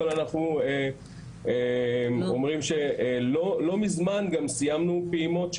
אבל אנחנו אומרים שלא מזמן גם סיימנו של פעימות,